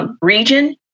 region